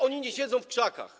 Oni nie siedzą w krzakach.